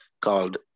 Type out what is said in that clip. called